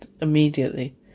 immediately